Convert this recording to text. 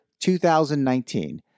2019